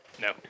no